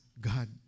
God